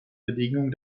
bedingung